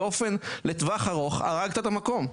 לטווח ארוך הרגת את המקום.